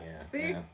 See